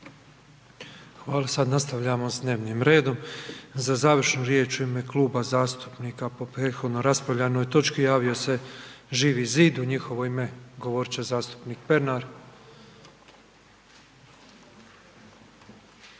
Sad nastavljamo s dnevnim redom, za završnu riječ u ime Kluba zastupnika po prethodnom raspravljanoj točki javio se Živi Zid, u njihovo ime govorit će zastupnik Pernar.